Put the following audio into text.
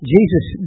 Jesus